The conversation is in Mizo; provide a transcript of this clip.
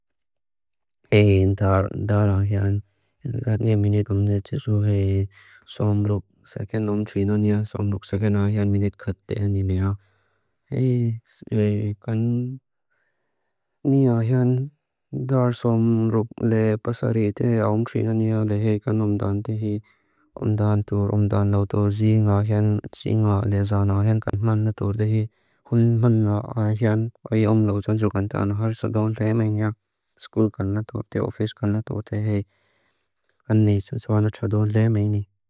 Hei ndaar ndaar axiaan, ndaar ne minit umne tisu hei somrup seken umtrinania, somrup seken axiaan minit katea nilea. Hei kan nia axiaan, daar somrup le pasareete aumtrinania le hei kan umdaan tehi, umdaan tur, umdaan lautur, ziin axiaan, ziin la lezaan axiaan, kan mannatur tehi, hun man a axiaan, ae aumlau tsoan tso kan taan harsa doon lea meina, school kan natur te, office kan natur te, hei kan ne tsoan tsoan tsa doon lea meini.